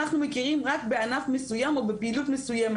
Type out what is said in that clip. אנחנו מכירים רק בענף מסוים או בפעילות מסוימת.